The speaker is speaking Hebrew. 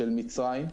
של מצרים,